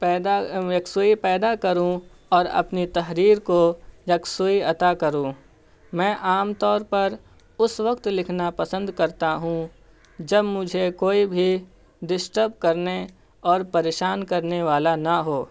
پیدا یکسوئی پیدا کروں اور اپنی تحریر کو یکسوئی عطا کروں میں عام طور پر اس وقت لکھنا پسند کرتا ہوں جب مجھے کوئی بھی ڈسٹرب کرنے اور پریشان کرنے والا نہ ہو